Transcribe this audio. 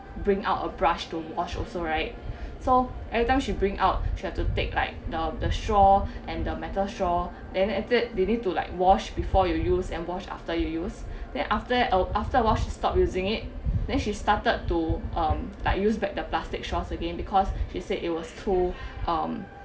bring out a brush to wash also right so everytime she bring out she had to take like the the straw and a metal straw then added they need to like wash before you use and wash after you use then after after wash to stop using it then she started to um like use back the plastic straws again because she said it was to um